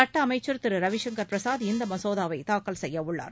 சட்ட அமைச்சர் திரு ரவிசங்கர் பிரசாத் இந்த மசோதாவை தாக்கல் செய்யவுள்ளார்